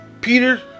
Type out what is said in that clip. Peter